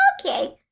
Okay